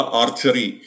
archery